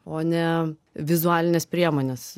o ne vizualines priemones